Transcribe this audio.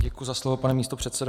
Děkuji za slovo, pane místopředsedo.